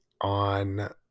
on